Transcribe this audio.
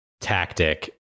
tactic